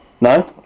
No